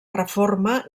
reforma